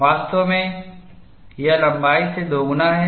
वास्तव में यह लंबाई से दोगुना है